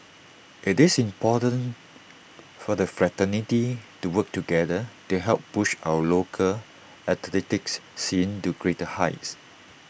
IT is important for the fraternity to work together to help push our local athletics scene to greater heights